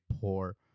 poor